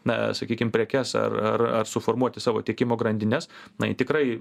na sakykim prekes ar ar suformuoti savo tiekimo grandines na ji tikrai